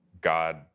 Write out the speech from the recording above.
God